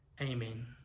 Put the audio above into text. Amen